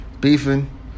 beefing